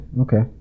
okay